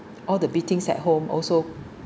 all the beatings at home also